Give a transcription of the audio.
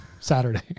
Saturday